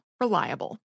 reliable